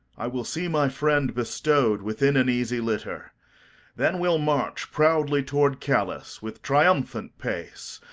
i will see my friend bestowed with in an easy litter then we'll march proudly toward callis, with triumphant pace,